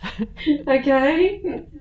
okay